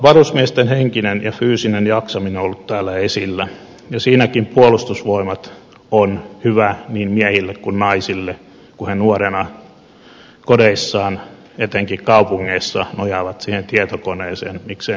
varusmiesten henkinen ja fyysinen jaksaminen on ollut täällä esillä ja siinäkin puolustusvoimat on hyvä niin miehille kuin naisille kun he nuorena kodeissaan etenkin kaupungeissa nojaavat siihen tietokoneeseen miksei myös maaseudulla